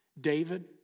David